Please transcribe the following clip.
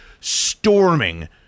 storming